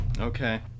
Okay